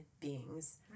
beings